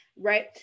right